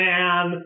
Man